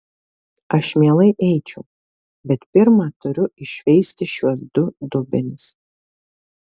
aš mielai eičiau bet pirma turiu iššveisti šiuos du dubenis